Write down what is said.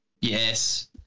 Yes